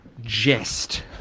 jest